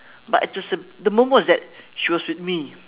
but it was a the moment was that she was with me